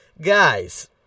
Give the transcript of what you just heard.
guys